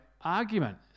argument